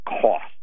cost